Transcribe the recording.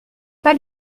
pas